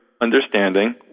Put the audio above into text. understanding